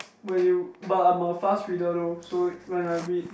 when you but I'm a fast reader though so when I read